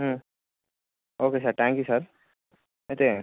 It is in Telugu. okay sir thank you sir అయితే